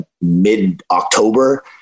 mid-October